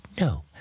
no